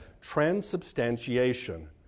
transubstantiation